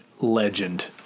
legend